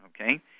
Okay